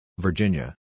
Virginia